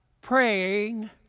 praying